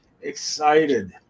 excited